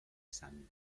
sami